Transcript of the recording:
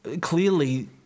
clearly